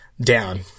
down